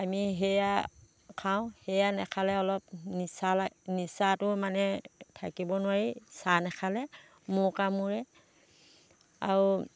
আমি সেয়া খাওঁ সেয়া নেখালে অলপ নিচা লাগ নিচাটো মানে থাকিব নোৱাৰি চাহ নাখালে মূৰ কামোৰে আৰু